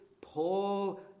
Paul